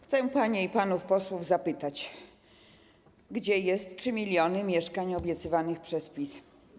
Chcę panie i panów posłów zapytać: Gdzie jest 3 mln mieszkań obiecywanych przez PiS?